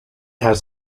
has